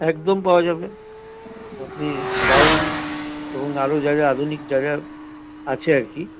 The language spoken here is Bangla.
একদম পাওয়া যাবে আপনি গাউন এবং আরও যা যা আধুনিক যা যা আছে আর কি